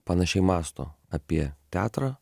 panašiai mąsto apie teatrą